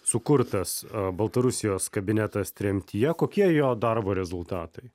sukurtas baltarusijos kabinetas tremtyje kokie jo darbo rezultatai